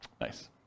Nice